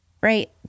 right